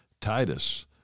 Titus